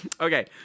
Okay